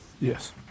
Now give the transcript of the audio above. Yes